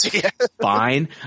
fine